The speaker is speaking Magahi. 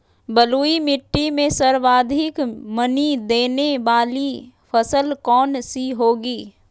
बलुई मिट्टी में सर्वाधिक मनी देने वाली फसल कौन सी होंगी?